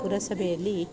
ಪುರಸಭೆಯಲ್ಲಿ